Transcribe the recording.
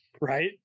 Right